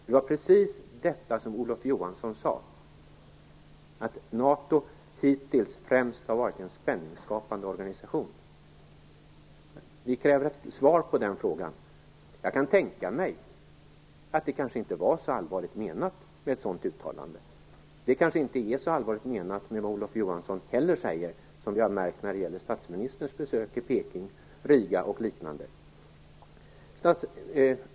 Det var precis vad Olof Johansson sade; att NATO hittills främst har varit en spänningsskapande organisation. Vi kräver ett svar på den frågan. Jag kan tänka mig att det kanske inte var så allvarligt menat med ett sådant uttalande. Det kanske inte heller är så allvarligt menat det som vi har märkt att Olof Johansson säger när det gäller statsministerns besök i Peking, Riga och liknande.